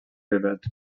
rivet